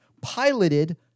Piloted